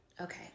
Okay